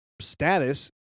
status